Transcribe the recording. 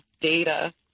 data